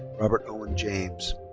robert owen james.